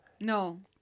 No